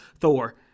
Thor